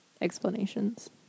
explanations